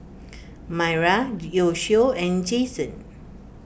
Myra Yoshio and Jasen